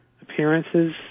appearances